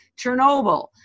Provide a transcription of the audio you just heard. Chernobyl